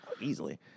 Easily